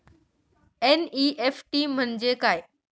NEFT म्हणजे काय?